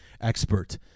expert